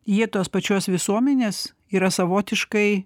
jie tos pačios visuomenės yra savotiškai